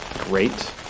great